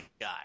guy